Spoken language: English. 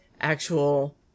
actual